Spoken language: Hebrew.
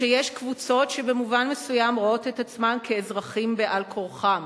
כשיש קבוצות שבמובן מסוים רואות את עצמן כאזרחים בעל כורחם,